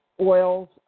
oils